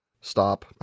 stop